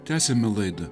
tęsiame laidą